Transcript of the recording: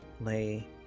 lay